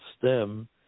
stem